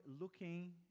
looking